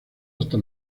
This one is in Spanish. hasta